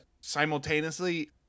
simultaneously